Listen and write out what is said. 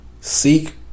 seek